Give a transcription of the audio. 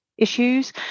issues